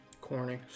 Corny